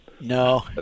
no